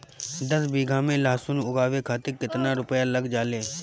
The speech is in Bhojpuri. दस बीघा में लहसुन उगावे खातिर केतना रुपया लग जाले?